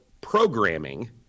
programming